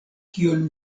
kion